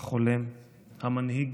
החולם, המנהיג